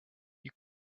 you